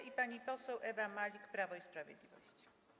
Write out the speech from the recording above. I pani poseł Ewa Malik, Prawo i Sprawiedliwość.